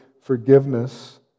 forgiveness